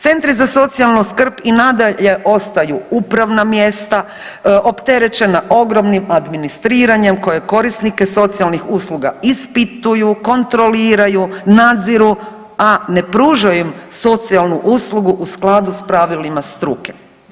Centri za socijalnu skrb i nadalje ostaju upravna mjesta opterećena ogromnim administriranjem koje korisnike socijalnih usluga ispituju, kontroliraju, nadziru, a ne pružaju im socijalnu uslugu u skladu s pravilima struke.